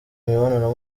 imibonano